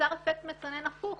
נוצר אפקט מצנן הפוך.